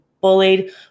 bullied